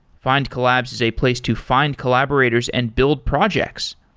findcollabs is a place to find collaborators and build projects.